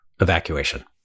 evacuation